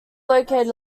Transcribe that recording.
located